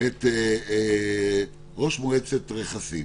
את ראש מועצת רכסים